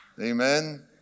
Amen